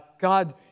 God